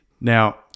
Now